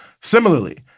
Similarly